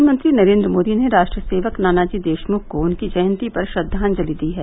प्रधानमंत्री नरेंद्र मोदी ने राष्ट्र सेक्क नानाजी देशमुख को उनकी जयंती पर श्रद्वांजलि दी है